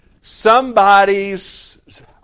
somebody's